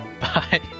Bye